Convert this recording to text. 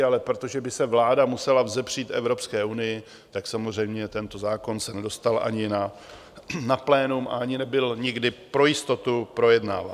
Ale protože by se vláda musela vzepřít Evropské unii, tak samozřejmě tento zákon se nedostal ani na plénum, ani nebyl nikdy pro jistotu projednáván.